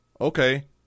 okay